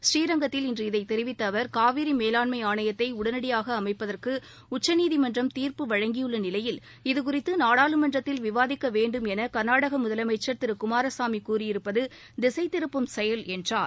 ஸ்ரீரங்கத்தில் இன்று இதை தெரிவித்த அவர் காவிரி மேலாண்மை ஆணையத்தை உடனடியாக அமைப்பதற்கு உச்சநீதிமன்றம் இன்று தீர்ப்பு வழங்கியுள்ள நிலையில் இதுகுறித்து நாடாளுமன்றத்தில் விவாதிக்கவேண்டும் என கர்நாடக முதலமைச்சர் திரு குமாரசாமி கூறியிருப்பது திசைதிருப்பும் செயல் என்றார்